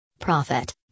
Profit